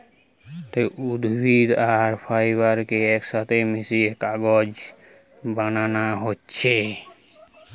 উদ্ভিদ আর ফাইবার কে একসাথে মিশিয়ে কাগজ বানানা হচ্ছে